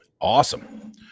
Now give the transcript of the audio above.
Awesome